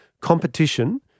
competition